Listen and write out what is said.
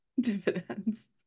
Dividends